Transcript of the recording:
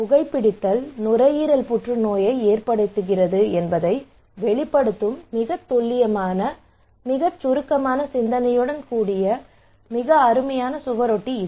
புகைபிடித்தல் நுரையீரல் புற்றுநோயை ஏற்படுத்துகிறது என்பதை வெளிப்படுத்தும் மிகத் துல்லியமான மிகச் சுருக்கமான சிந்தனையுடன் கூடிய மிக அருமையான சுவரொட்டி இது